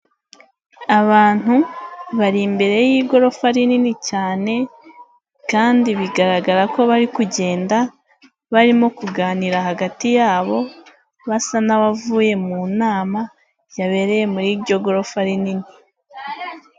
Abantu bari imbere y'igorofa rinini cyane kandi bigaragara ko bari kugenda barimo kuganira hagati yabo basa n'abavuye mu nama yabereye muri iryo gorofa rinini.